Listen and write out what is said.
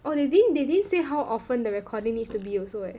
oh they didn't they didn't say how often the recording needs to be also eh